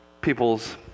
people's